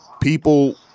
people